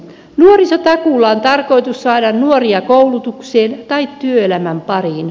nuorisotakuulla on tarkoitus saada nuoria koulutukseen tai työelämän pariin